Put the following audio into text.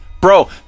Bro